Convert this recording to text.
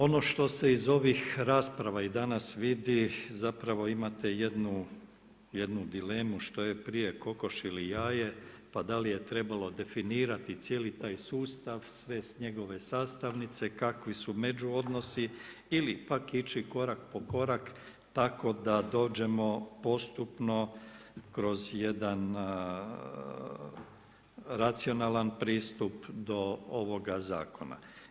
Ono što se iz ovih rasprava i danas vidi zapravo imate jednu dilemu što je prije kokoš ili jaje, pa da li je trebalo definirati cijeli taj sustav, sve njegove sastavnice, kakvi su međuodnosi ili pak ići korak po korak tako da dođemo postupno kroz jedan racionalan pristup do ovoga zakona.